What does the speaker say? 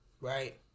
right